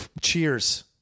Cheers